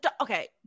okay